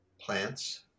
plants